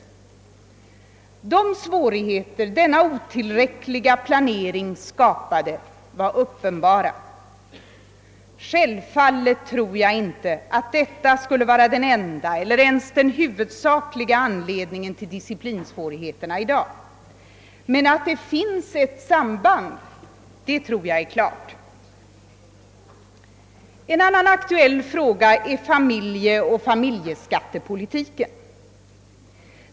De svårigheter denna otillräckliga planering skapade var uppenbara. Självfallet tror jag inte att detta skulle vara den enda eller ens den huvudsakliga anledningen till disciplinsvårigheterna i skolan i dag, men att det finns ett samband, det tror jag är alldeles klart. En annan aktuell fråga är familjeoch familjeskattepolitiken.